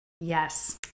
Yes